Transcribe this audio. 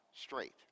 straight